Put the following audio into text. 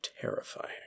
terrifying